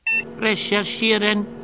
Recherchieren